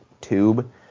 tube